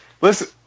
Listen